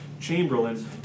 chamberlain